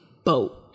Boat